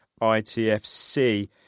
ITFC